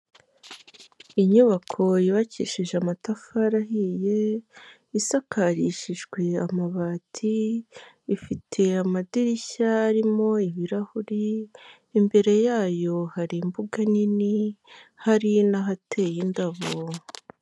Inyubako yubakishije amatafari ahiye, isakarishijwe amabati, ifite amadirishya arimo ibirahuri, imbere yayo hari imbuga nini, hari n'ahateye indabo.